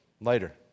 later